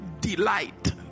delight